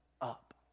up